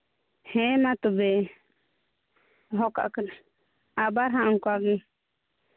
ᱦᱮᱸ ᱢᱟ ᱛᱚᱵᱮ ᱫᱚᱦᱚ ᱠᱟᱜ ᱠᱟᱹᱱᱟᱹᱧ ᱟᱵᱟᱨ ᱦᱟᱸᱜ ᱚᱱᱠᱟᱜᱮ